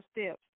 steps